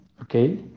Okay